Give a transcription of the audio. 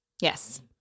Yes